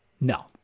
No